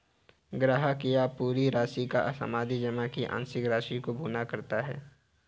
ग्राहक या तो पूरी राशि या सावधि जमा की आंशिक राशि को भुना सकता है